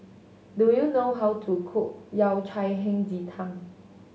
do you know how to cook Yao Cai Hei Ji Tang